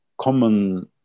common